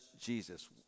Jesus